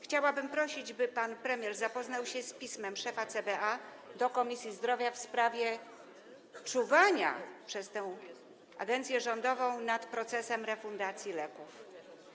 Chciałabym prosić, by pan premier zapoznał się z pismem szefa CBA do Komisji Zdrowia w sprawie czuwania przez tę agencję rządową nad procesem refundacji leków.